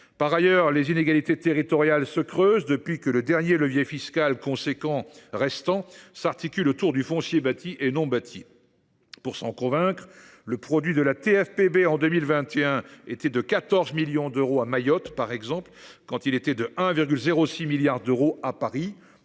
Par ailleurs, les inégalités territoriales se creusent depuis que le dernier levier fiscal d’importance restant s’articule autour du foncier bâti et non bâti. Pour s’en convaincre, le produit de la taxe foncière sur les propriétés bâties, en 2021, était de 14 millions d’euros à Mayotte, par exemple, quand il était de 1,06 milliard d’euros à Paris.